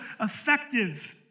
effective